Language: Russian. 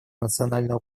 национального